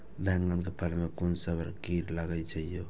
बैंगन के फल में कुन सब कीरा लगै छै यो?